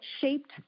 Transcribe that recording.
shaped